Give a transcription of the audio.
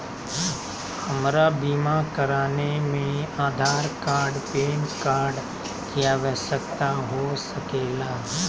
हमरा बीमा कराने में आधार कार्ड पैन कार्ड की आवश्यकता हो सके ला?